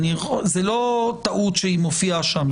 זה לא טעות שהיא מופיעה שם,